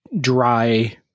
dry